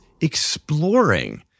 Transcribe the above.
exploring